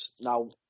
Now